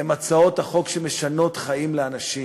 הן הצעות החוק שמשנות חיים לאנשים,